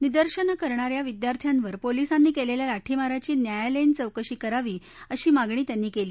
निर्दशनं करणा या विद्यार्थ्यावर पोलिसांनी केलेल्या लाठीमाराची न्यायालयीन चौकशी करावी अशी मागणी त्यांनी केली